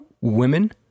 women